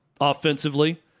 offensively